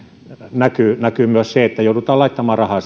näkyy myös se että joudutaan laittamaan rahaa